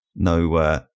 No